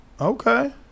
Okay